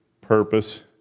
purpose